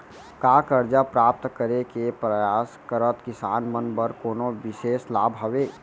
का करजा प्राप्त करे के परयास करत किसान मन बर कोनो बिशेष लाभ हवे?